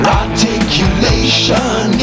articulation